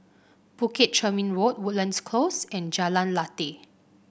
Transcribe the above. Bukit Chermin Road Woodlands Close and Jalan Lateh